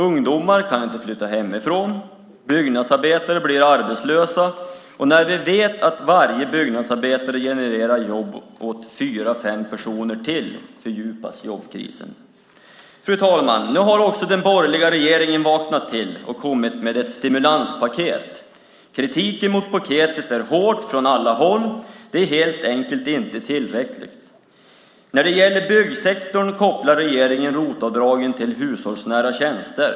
Ungdomar kan inte flytta hemifrån, byggnadsarbetare blir arbetslösa, och när vi vet att varje byggnadsarbetare genererar jobb åt fyra fem personer till fördjupas jobbkrisen. Fru talman! Nu har också den borgerliga regeringen vaknat till och kommit med ett stimulanspaket. Kritiken mot paketet är hård från alla håll. Det är helt enkelt inte tillräckligt. När det gäller byggsektorn kopplar regeringen ROT-avdragen till hushållsnära tjänster.